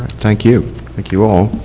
thank you thank you all.